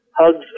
Hugs